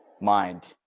mind